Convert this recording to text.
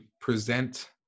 present